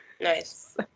Nice